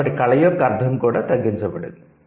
కాబట్టి కళ యొక్క అర్థం కూడా తగ్గించబడింది